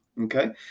Okay